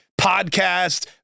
podcasts